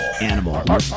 Animal